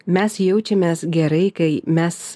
mes jaučiamės gerai kai mes